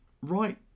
right